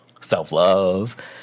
self-love